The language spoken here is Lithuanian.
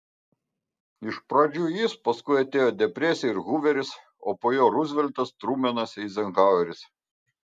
iš pradžių jis paskui atėjo depresija ir huveris o po jo ruzveltas trumenas eizenhaueris